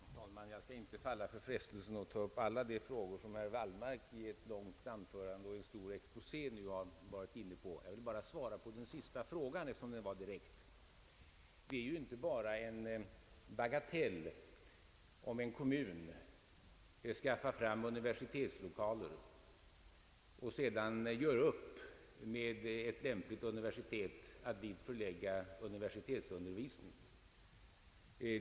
Herr talman! Jag skall inte falla för frestelsen att ta upp alla de frågor, som herr Wallmark i en lång och stor exposé nu tagit upp. Jag vill bara svara på den sista frågan, eftersom den ställdes direkt. Det är inte bara en bagatellfråga, om en kommun anskaffar universitetslokaler och sedan överenskommer med ett lämpligt universitet att dit förlägga universitetsundervisning.